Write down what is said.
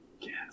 Yes